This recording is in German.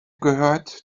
gehört